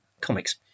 comics